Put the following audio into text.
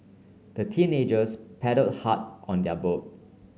the teenagers paddle hard on their boat